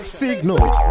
signals